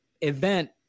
event